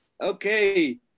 okay